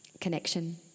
Connection